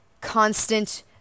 constant